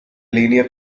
linear